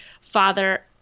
father